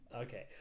Okay